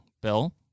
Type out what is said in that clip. Bill